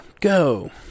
Go